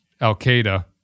Al-Qaeda